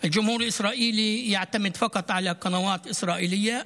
הקהל הישראלי מסתמך אך ורק על תחנות ישראליות,